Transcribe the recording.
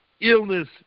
illness